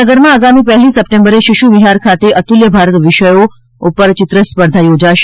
ભાવનગરમાં આગામી પહેલી સપ્ટેમ્બરે શિશુવિહાર ખાતે અતુલ્ય ભારત વિષયો ચિત્ર સ્પર્ધા યોજાશે